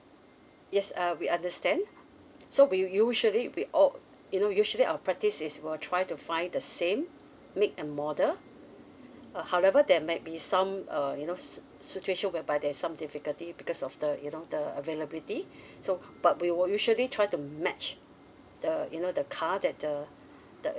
yes uh we understand so we usually we or you know usually our practice is we'll try to find the same made and model uh however there might be some uh you know s~ whereby there some difficulty because of the you know the availability so but we will usually try to match the you know the car that the the